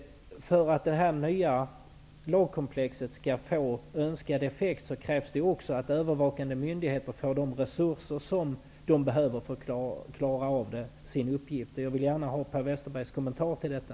För att det nya lagkomplexet skall få önskad effekt krävs det att övervakande myndigheter får de resurser som de behöver för att klara av sin uppgift. Jag vill gärna ha Per Westerbergs kommentar till detta.